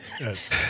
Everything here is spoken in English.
Yes